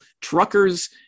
Truckers